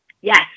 Yes